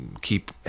keep